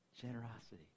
Generosity